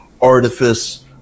artifice